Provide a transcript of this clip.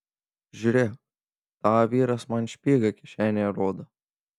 žiūrėk tavo vyras man špygą kišenėje rodo